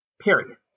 period